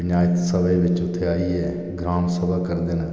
पंचायत सभा च बिच उत्थै आइयै ग्राम सभा दा करदे न